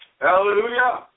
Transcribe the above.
Hallelujah